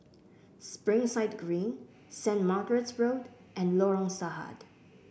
Springside Green Saint Margaret's Road and Lorong Sahad